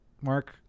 Mark